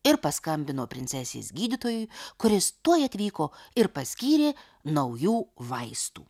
ir paskambino princesės gydytojui kuris tuoj atvyko ir paskyrė naujų vaistų